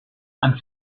and